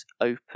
open